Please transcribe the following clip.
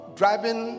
driving